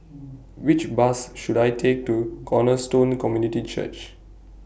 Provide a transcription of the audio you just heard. Which Bus should I Take to Cornerstone Community Church